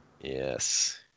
Yes